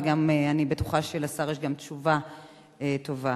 ואני בטוחה שלשר יש גם תשובה טובה.